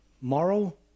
moral